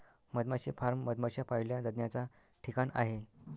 मधमाशी फार्म मधमाश्या पाळल्या जाण्याचा ठिकाण आहे